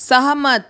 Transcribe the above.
सहमत